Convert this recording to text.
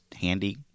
handy